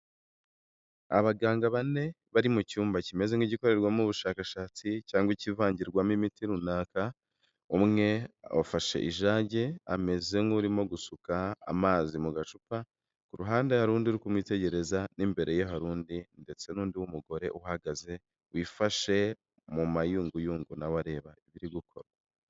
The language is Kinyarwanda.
Abaganga bane bari mu cyumba kimeze nk'igikorerwamo ubushakashatsi cyangwa ikivangirwamo imiti runaka, umwe afashe ijage ameze nk'urimo gusuka amazi mu gacupa. Ku ruhande hari undi uri kumwitegereza n'imbere ye hari undi ndetse n'undi mugore uhagaze, wifashe mu mayunguyungu nawe areba ibiri gukorwa.